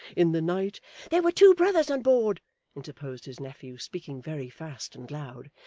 in the night there were two brothers on board interposed his nephew, speaking very fast and loud,